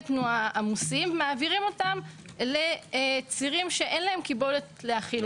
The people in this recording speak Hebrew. תנועה עמוסים ומעבירים אותם לצירים שאין להם קיבולת להכיל.